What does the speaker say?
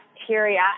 bacteria